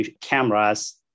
cameras